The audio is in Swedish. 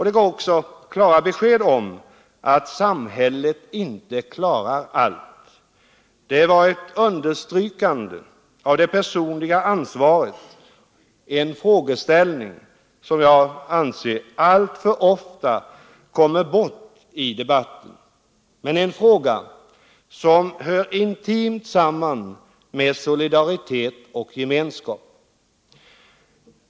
Det gav också klara besked om att samhället inte klarar allt. Det var ett understrykande av det personliga ansvaret — en frågeställning som jag anser alltför ofta kommer bort i debatten men som intimt hör samman med solidaritet och gemenskap.